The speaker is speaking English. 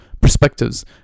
perspectives